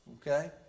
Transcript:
Okay